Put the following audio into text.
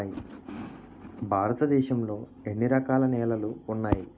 భారతదేశం లో ఎన్ని రకాల నేలలు ఉన్నాయి?